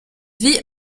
vit